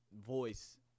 voice